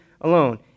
alone